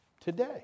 today